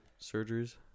surgeries